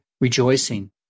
rejoicing